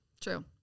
True